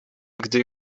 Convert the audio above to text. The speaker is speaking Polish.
gdy